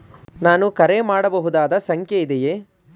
ನಾನು ಕರೆ ಮಾಡಬಹುದಾದ ಸಂಖ್ಯೆ ಇದೆಯೇ?